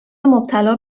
مبتلا